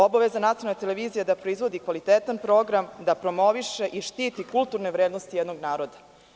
Obavezna nacionalne televizije je da proizvodi kvalitetan program, da promoviše i štiti kulturne vrednosti jednog naroda.